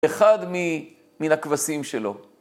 אחד מן הכבשים שלו.